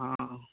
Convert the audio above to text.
हँ